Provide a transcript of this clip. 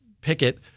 picket